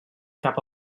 cap